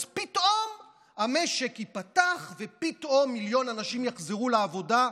אז פתאום המשק ייפתח ופתאום מיליון אנשים יחזרו לעבודה,